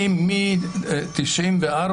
מ-1994,